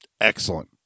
Excellent